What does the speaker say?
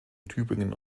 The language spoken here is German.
tübingen